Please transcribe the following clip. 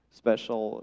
special